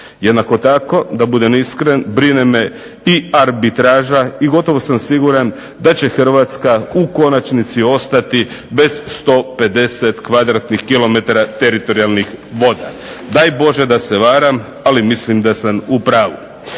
Jednako tako, da budem iskren, brine me i arbitraža i gotovo sam siguran da će Hrvatska u konačnici ostati bez 150 kvadratnih km teritorijalnih voda. Daj Bože da se varam, ali mislim da sam u pravu.